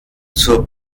zur